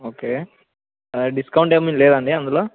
okay ఆ discount ఏమి లేదా అండి అందులో